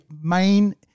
main